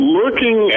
looking